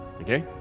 Okay